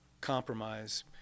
compromise